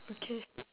okay